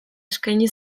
eskaini